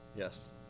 Yes